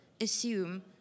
assume